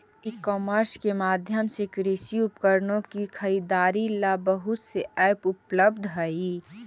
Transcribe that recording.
ई commerce के माध्यम से कृषि उपकरणों की खरीदारी ला बहुत से ऐप उपलब्ध हई